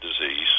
disease